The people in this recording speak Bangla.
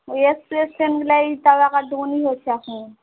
ওই এক্সপ্রেস ট্রেনগুলোই এখন